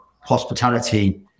hospitality